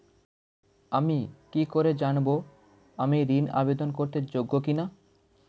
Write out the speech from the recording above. আমি কি করে জানব আমি ঋন আবেদন করতে যোগ্য কি না?